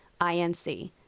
inc